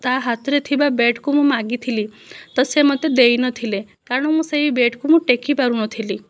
ତା' ହାତରେ ଥିବା ବ୍ୟାଟକୁ ମୁଁ ମାଗିଥିଲି ତ ସିଏ ମୋତେ ଦେଇନଥିଲେ କାରଣ ମୁଁ ସେହି ବ୍ୟାଟକୁ ମୁଁ ଟେକି ପାରୁନଥିଲି